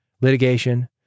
Litigation